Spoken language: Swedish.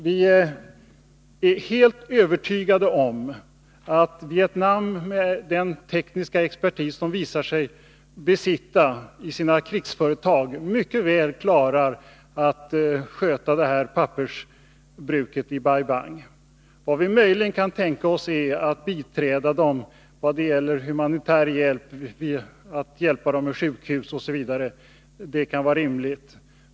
Vi är helt övertygade om att Vietnam, med den tekniska expertis man visar sig besitta i sina krigsföretag, mycket väl klarar att sköta pappersbruket i Bai Bang. Vi kan möjligen tänka oss att ge landet humanitär hjälp i form av att bygga upp sjukhus osv. Det kan vara rimligt.